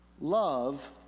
love